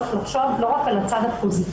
צריך לחשוב לא רק על הצד הפוזיטיבי,